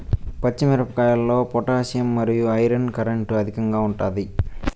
పచ్చి మిరపకాయల్లో పొటాషియం మరియు ఐరన్ కంటెంట్ అధికంగా ఉంటాయి